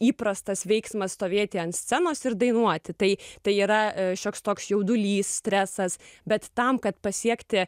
įprastas veiksmas stovėti ant scenos ir dainuoti tai tai yra šioks toks jaudulys stresas bet tam kad pasiekti